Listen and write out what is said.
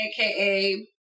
aka